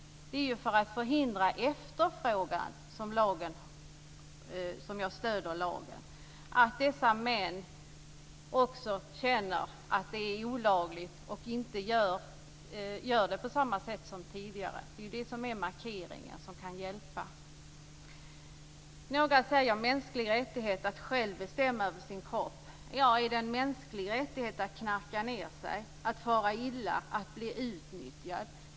Det är för att förhindra efterfrågan som jag stöder lagen, att dessa män också känner att det är olagligt och inte gör det på samma sätt som tidigare. Det är det som är markeringen som kan hjälpa. Några säger att det är en mänsklig rättighet att själv bestämma över sin kropp. Är det en mänsklig rättighet att knarka ned sig, att fara illa, att bli utnyttjad?